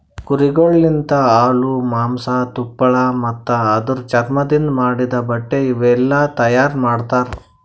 ಕುರಿಗೊಳ್ ಲಿಂತ ಹಾಲು, ಮಾಂಸ, ತುಪ್ಪಳ ಮತ್ತ ಅದುರ್ ಚರ್ಮದಿಂದ್ ಮಾಡಿದ್ದ ಬಟ್ಟೆ ಇವುಯೆಲ್ಲ ತೈಯಾರ್ ಮಾಡ್ತರ